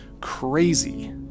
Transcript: crazy